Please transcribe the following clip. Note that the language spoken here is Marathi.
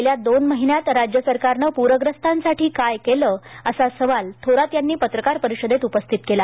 गेल्या दोन महिन्यात राज्य सरकारने पूरग्रस्त साठी काय केल असा सवाल थोरात यांनी पत्रकार परिषदेत केला